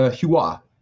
Hua